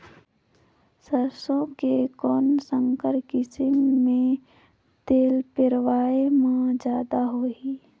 सरसो के कौन संकर किसम मे तेल पेरावाय म जादा होही?